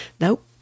Nope